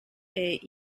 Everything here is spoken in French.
est